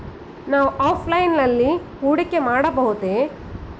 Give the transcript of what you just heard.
ನಾವು ಆಫ್ಲೈನ್ ನಲ್ಲಿ ಹೂಡಿಕೆ ಮಾಡಬಹುದೇ?